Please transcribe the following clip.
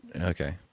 Okay